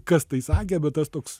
kas tai sakė bet tas toks